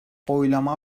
oylama